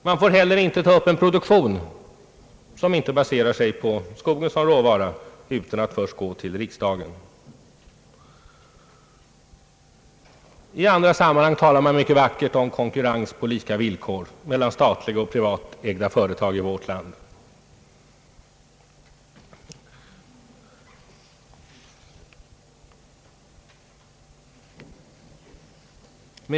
ASSI får heller inte ta upp en produktion som inte baserar sig på skogen som råvara utan att först gå till riksdagen. I andra sammanhang talar man mycket vackert om konkurrens på lika villkor mellan statliga och privata företag i vårt land.